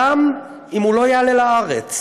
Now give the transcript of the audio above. גם אם הוא לא יעלה לארץ.